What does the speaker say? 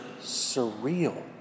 surreal